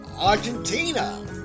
Argentina